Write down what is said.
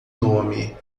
nome